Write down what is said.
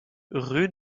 rue